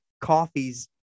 coffees